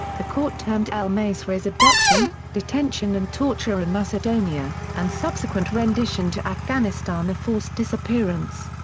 the court termed el-masri's abduction, detention and torture in macedonia, and subsequent rendition to afghanistan a forced disappearance.